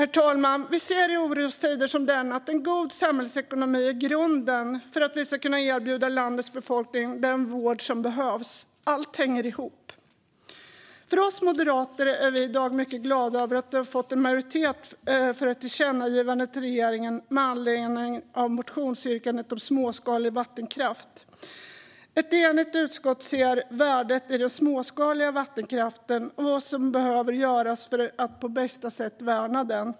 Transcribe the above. I orostider som dessa ser vi också att god samhällsekonomi är grunden för att vi ska kunna erbjuda landets befolkning den vård som behövs. Allt hänger ihop. Vi moderater är i dag mycket glada över att vi fått en majoritet för ett tillkännagivande till regeringen med anledning av motionsyrkandet om småskalig vattenkraft. Ett enigt utskott ser värdet i den småskaliga vattenkraften och vad som behöver göras för att på bästa sätt värna den.